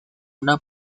una